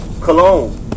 Cologne